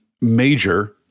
major